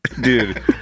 dude